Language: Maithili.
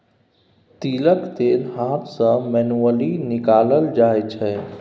तिलक तेल हाथ सँ मैनुअली निकालल जाइ छै